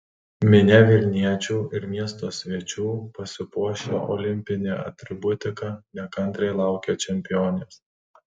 minia vilniečių ir miesto svečių pasipuošę olimpine atributika nekantriai laukė čempionės